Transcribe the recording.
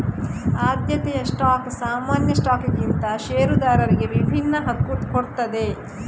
ಆದ್ಯತೆಯ ಸ್ಟಾಕ್ ಸಾಮಾನ್ಯ ಸ್ಟಾಕ್ಗಿಂತ ಷೇರುದಾರರಿಗೆ ವಿಭಿನ್ನ ಹಕ್ಕು ಕೊಡ್ತದೆ